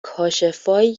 کاشفایی